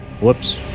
whoops